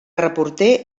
reporter